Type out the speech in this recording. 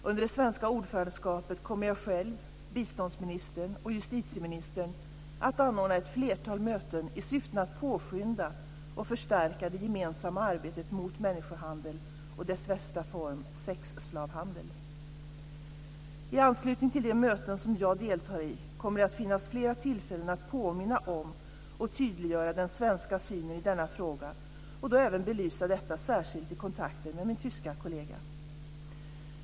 Under det svenska ordförandeskapet kommer jag själv, biståndsministern och justitieministern att anordna ett flertal möten i syfte att påskynda och förstärka det gemensamma arbetet mot människohandel och dess värsta form sexslavhandel. I anslutning till de möten som jag deltar i kommer det att finnas flera tillfällen att påminna om och tydliggöra den svenska synen i denna fråga och då även belysa detta särskilt i kontakter med min tyske kollega.